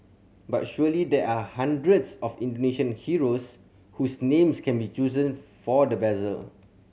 but surely there are hundreds of Indonesian heroes whose names can be chosen for the vessel